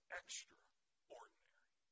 extraordinary